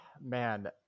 man